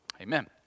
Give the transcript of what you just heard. amen